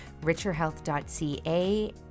richerhealth.ca